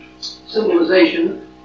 civilization